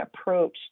approach